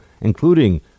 including